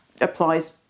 applies